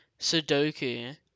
Sudoku